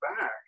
back